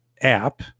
app